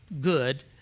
good